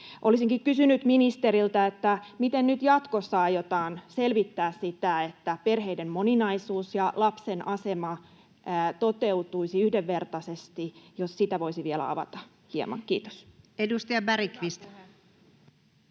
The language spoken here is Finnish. Olisinkin kysynyt ministeriltä, miten nyt jatkossa aiotaan selvittää sitä, että perheiden moninaisuus ja lapsen asema toteutuisivat yhdenvertaisesti. Jos sitä voisi vielä avata hieman. — Kiitos. [Speech